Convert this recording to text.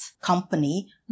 company